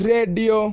Radio